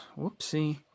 Whoopsie